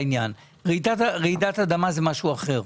רעידת אדמה זה משהו אחר,